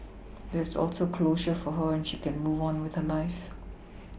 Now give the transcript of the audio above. there is also closure for her and she can move on with her life